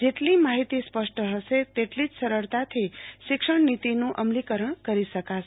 જેટલી માહિતી સ્પષ્ટ હશે તેટલી જ સરળતાથી શિક્ષણનીતિનું અમલીકરણ કરી શકાય